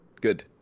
Good